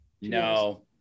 no